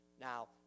Now